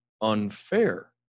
unfair